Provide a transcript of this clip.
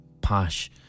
posh